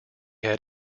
had